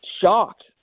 shocked